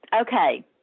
okay